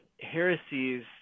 heresies